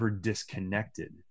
disconnected